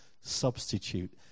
substitute